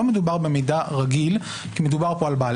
לא מדובר במידע רגיל כי מדובר פה על בעל